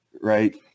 Right